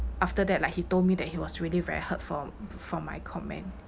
after that like he told me that he was really very hurt from from my comment